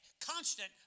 constant